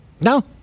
No